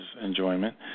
enjoyment